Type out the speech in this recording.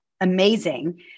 amazing